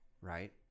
Right